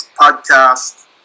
podcast